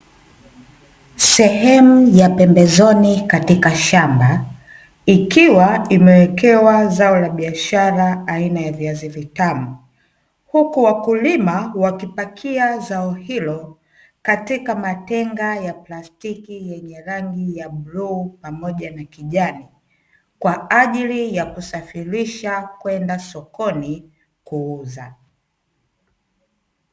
Sehemu ya pembezoni katika shamba ikiwa imewekewa zao la biashara aina ya viazi vitamu, huku wakulima wakipakia zao hilo katika matenga ya plastiki yenye rangi ya bluu pamoja na kijani kwa ajili ya kusafirisha kwenda sokoni kuuza.